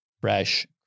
fresh